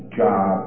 job